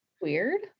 Weird